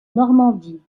normandie